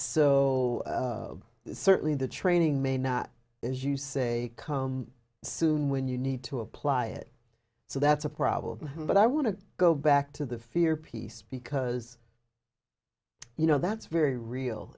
so certainly the training may not as you say come soon when you need to apply it so that's a problem but i want to go back to the fear piece because you know that's very real